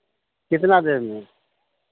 कितना देर में